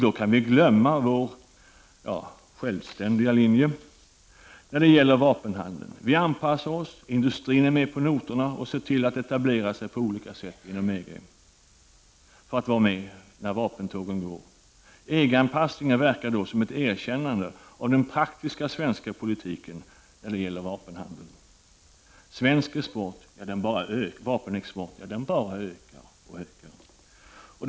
Då kan vi glömma vår ”självständiga” linje när det gäller vapenhandeln. Vi anpassar oss. Industrin är med på noterna och ser till att etablera sig på olika sätt inom EG för att vara med när vapentågen går. EG-anpassningen verkar då som ett erkännande av den praktiska svenska politiken när det gäller vapenhandel. Svensk vapenexport bara ökar och ökar.